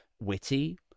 witty